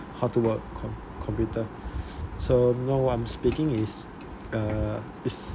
how to do what com~ computer so no what I'm speaking is(uh) is